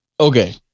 Okay